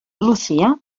lucia